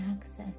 access